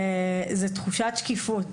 זה תחושת שקיפות.